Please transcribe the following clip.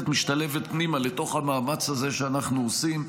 משתלבת פנימה בתוך המאמץ הזה שאנחנו עושים,